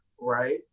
right